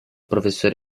professor